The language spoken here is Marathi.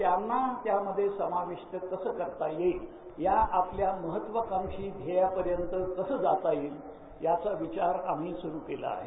त्यांना त्यामध्ये समाविष्ट कसा करता येईल या आपल्या महत्वाकांक्षी ध्येयाकडे घेऊन कसा जाता येईल याचा विचार सुरू केला आहे